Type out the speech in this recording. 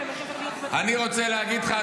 אני רוצה להגיד לך,